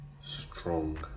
strong